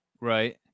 Right